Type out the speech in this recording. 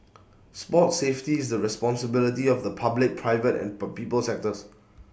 sports safety is the responsibility of the public private and per people sectors